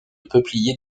peupliers